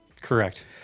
Correct